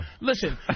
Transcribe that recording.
listen